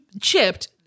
chipped